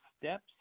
steps